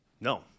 No